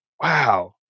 wow